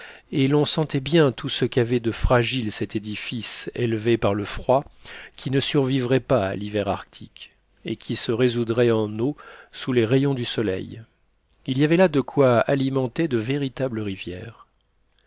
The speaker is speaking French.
et l'on sentait bien tout ce qu'avait de fragile cet édifice élevé par le froid qui ne survivrait pas à l'hiver arctique et qui se résoudrait en eau sous les rayons du soleil il y avait là de quoi alimenter de véritables rivières